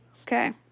Okay